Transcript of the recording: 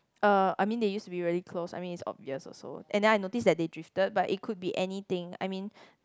uh I mean they used to be really close I mean it's obvious also and then I noticed that they drifted but it could be anything I mean